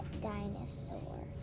dinosaur